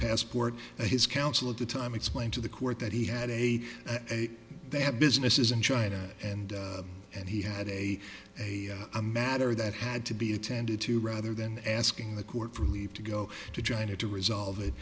passport and his counsel at the time explained to the court that he had a they have businesses in china and and he had a a a matter that had to be attended to rather than asking the court for leave to go to china to resolve